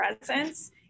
presence